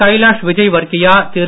Kailash Vijayvargiya Thiru